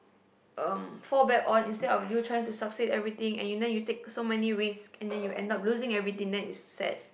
um fall back on instead of you trying to succeed everything and you then you take so many risks and then you end up losing everything and then it's sad